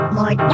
More